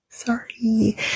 Sorry